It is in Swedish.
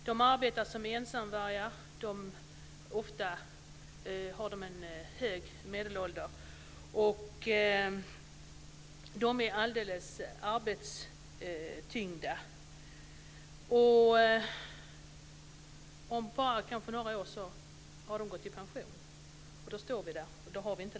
De arbetar som ensamvargar, ofta har de en hög medelålder, och de är alldeles arbetstyngda. Om bara några år ha de gått i pension, och då står vi där utan den här kunskapen.